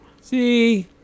See